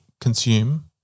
consume